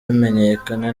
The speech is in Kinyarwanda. bimenyekana